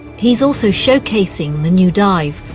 he's also showcasing the new dive,